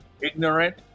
ignorant